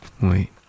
Wait